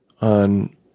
on